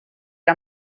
era